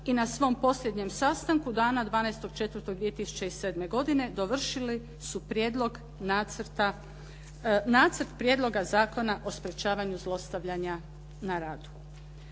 I na svom posljednjem sastanku dana 12.4.2007. dovršili su prijedlog nacrta, Nacrt prijedloga zakona o sprječavanju zlostavljanja na radu.